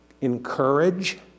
encourage